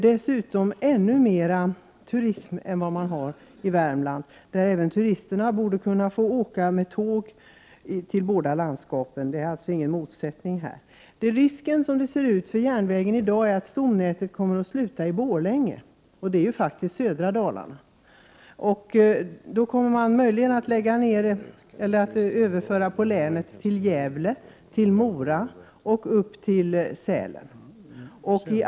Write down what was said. Dessutom har man ännu mer turism än Värmland. Turisterna borde få åka tåg till båda dessa landskap. Det är alltså ingen motsättning. Som det ser ut finns i dag risk för järnvägen att stomnätet kommer att sluta i Borlänge, som faktiskt ligger i södra Dalarna. Man kommer möjligen att överföra det hela på länen — till Gävle, till Mora och till Sälen.